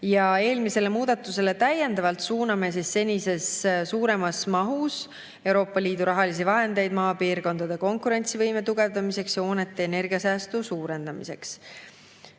Eelmisele muudatusele täiendavalt suuname senisest suuremas mahus Euroopa Liidu rahalisi vahendeid maapiirkondade konkurentsivõime tugevdamiseks ja hoonete energiasäästu suurendamiseks.